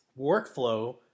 workflow